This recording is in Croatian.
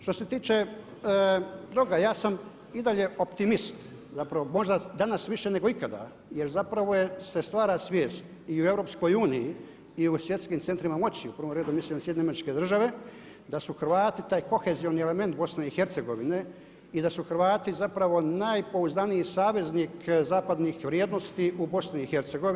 Što se tiče toga ja sam i dalje optimist, zapravo možda danas više nego ikada jer zapravo se stvara svijest i u EU i u svjetskim centrima moći, u prvom redu mislim na SAD, da su Hrvati taj… [[Ne razumije se.]] element BiH i da su Hrvati zapravo najpouzdaniji saveznik zapadnih vrijednosti u BiH.